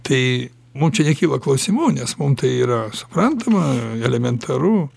tai mum čia nekyla klausimų nes mum tai yra suprantama elementaru